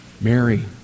Mary